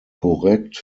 korrekt